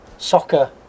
soccer